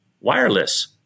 wireless